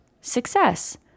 success